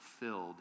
fulfilled